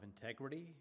integrity